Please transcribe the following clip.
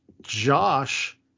Josh